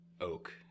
oak